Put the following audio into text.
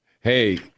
Hey